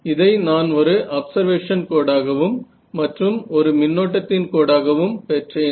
இதை நான் ஒரு அப்சர்வேஷன் கோடாகவும் மற்றும் ஒரு மின்னோட்டத்தின் கோடாகவும் பெற்றேன்